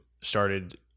started